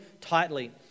tightly